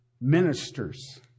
ministers